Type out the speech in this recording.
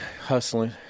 hustling